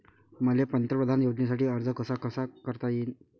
मले पंतप्रधान योजनेसाठी अर्ज कसा कसा करता येईन?